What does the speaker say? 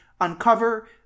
uncover